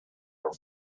are